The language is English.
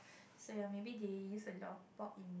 so ya maybe they use a lot of pork in